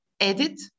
edit